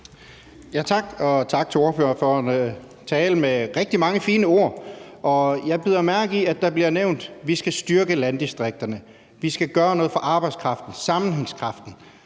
Tak, og tak til ordføreren for en tale med rigtig mange fine ord, og jeg bider mærke i, at der bliver nævnt, at vi skal styrke landdistrikterne, og at vi skal gøre noget for arbejdskraften og sammenhængskraften.